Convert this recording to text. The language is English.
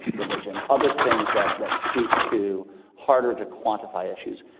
religion, other things that that speak to harder to quantify issues.